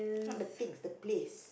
not the pig the place